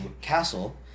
Castle